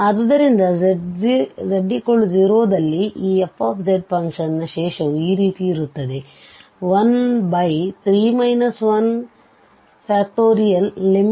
ಆದ್ದರಿಂದ z 0 ದಲ್ಲಿ ಈ f ಫಂಕ್ಷನ್ ನ ಶೇಷವು ಈ ರೀತಿ ಇರುತ್ತದೆ13 1